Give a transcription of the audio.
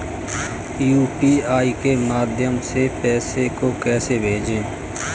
UPI के माध्यम से पैसे को कैसे भेजें?